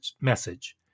message